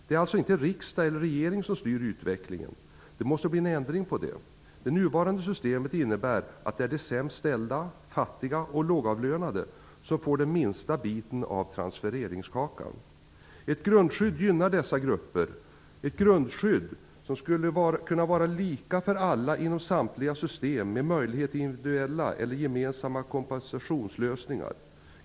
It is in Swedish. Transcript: Det är alltså inte riksdag eller regering som styr utvecklingen. Det måste bli en ändring på det. Det nuvarande systemet innebär att det är de sämst ställda, fattiga och lågavlönade, som får den minsta biten av transfereringskakan. Ett grundskydd gynnar dessa grupper. Ett grundskydd skulle kunna vara lika för alla inom samtliga system med möjlighet till individuella eller gemensamma kompensationslösningar.